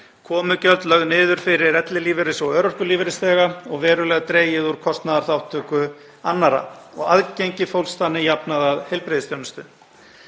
komugjöld lögð niður fyrir ellilífeyris- og örorkulífeyrisþega og verulega dregið úr kostnaðarþátttöku annarra og aðgengi fólks þannig jafnað að heilbrigðisþjónustu.